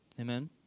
Amen